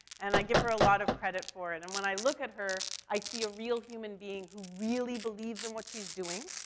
and i give her a lot of credit for it. and when i look at her, i see a real human being who really believes in what she's doing,